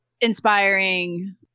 inspiring